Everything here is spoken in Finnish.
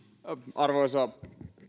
arvoisa herra